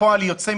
כפועל יוצא,